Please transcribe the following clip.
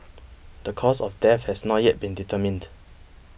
the cause of death has not yet been determined